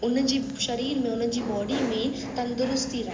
उनजी शरीर में उनखे बॉडी में तंदुरुस्ती रहे